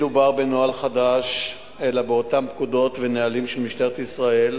לא מדובר בנוהל חדש אלא באותם פקודות ונהלים של משטרת ישראל